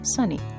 Sunny